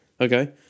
Okay